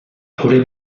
euren